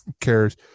cares